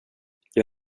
jag